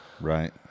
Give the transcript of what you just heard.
Right